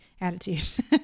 attitude